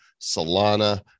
solana